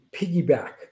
piggyback